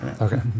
okay